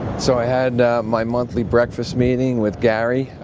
so i had my monthly breakfast meeting with gary.